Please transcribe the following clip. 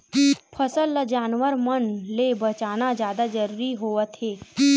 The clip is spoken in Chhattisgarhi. फसल ल जानवर मन ले बचाना जादा जरूरी होवथे